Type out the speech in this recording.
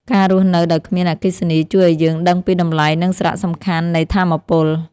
ការរស់នៅដោយគ្មានអគ្គិសនី ជួយឱ្យយើងដឹងពីតម្លៃ និងសារៈសំខាន់នៃថាមពល។